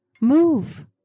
Move